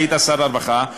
היית שר הרווחה?